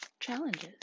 Challenges